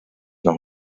noch